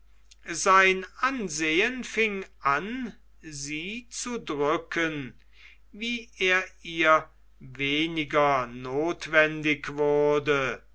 sein ansehen fing an sie zu drücken wie er ihr weniger nothwendig wurde